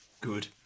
Good